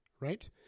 right